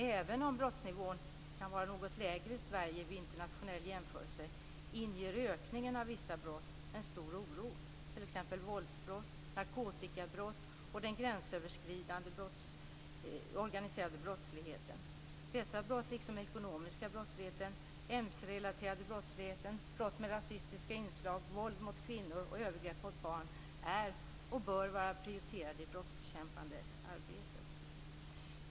Även om brottsnivån kan vara något lägre i Sverige vid internationell jämförelse inger ökningen av vissa brott stor oro, t.ex. våldsbrott, narkotikabrott och den gränsöverskridande organiserade brottsligheten. Dessa brott, liksom den ekonomiska brottsligheten, den MC-relaterade brottsligheten, brott med rasistiska inslag, våld mot kvinnor och övergrepp mot barn är och bör vara prioriterade i det brottsbekämpande arbetet.